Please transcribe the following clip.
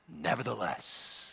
Nevertheless